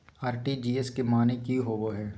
RTGS के माने की होबो है?